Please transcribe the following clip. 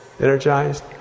Energized